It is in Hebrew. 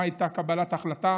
מה הייתה קבלת ההחלטה